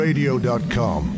Radio.com